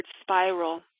spiral